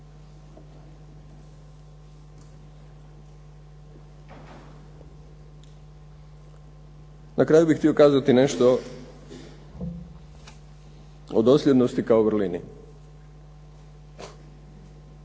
Na kraju bih htio kazati nešto o dosljednosti kao vrlini.